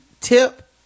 tip